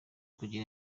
kugira